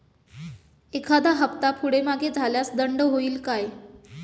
एखादा हफ्ता पुढे मागे झाल्यास दंड होईल काय?